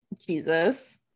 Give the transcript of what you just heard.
Jesus